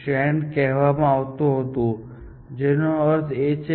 તમને યાદ હશે કે તમારે માથું તોડવું પડશે અને યાદ રાખવું પડશે કે રૂપાંતરણ શું છે વગેરે